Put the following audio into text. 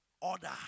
Order